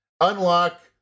Unlock